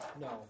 no